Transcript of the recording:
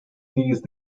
seized